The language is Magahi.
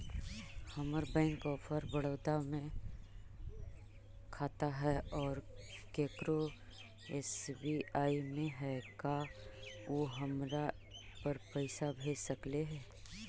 हमर बैंक ऑफ़र बड़ौदा में खाता है और केकरो एस.बी.आई में है का उ हमरा पर पैसा भेज सकले हे?